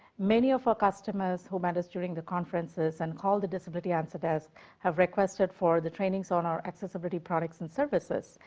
many of our customers who met us during the conferences and called the disability answer desk requested for the trainings on our accessibility products and services,